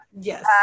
Yes